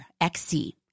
XC